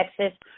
Texas